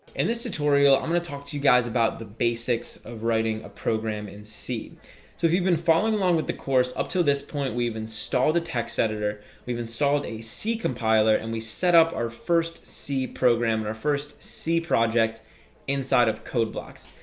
and this tutorial i'm going to talk to you guys about the basics of writing a program in c so if you've been following along with the course up to this point, we've installed a text editor we've installed a c compiler and we set up our first c program. and our first c project inside of code blocks.